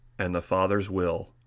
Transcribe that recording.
and the father's will.